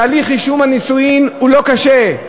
תהליך רישום הנישואין הוא לא קשה,